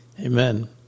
Amen